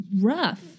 rough